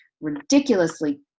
ridiculously